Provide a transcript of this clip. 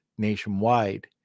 nationwide